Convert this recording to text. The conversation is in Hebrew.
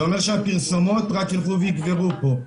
זה אומר שהפרסומות רק ילכו ויגברו פה,